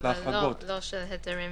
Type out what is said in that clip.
אבל לא של רישומים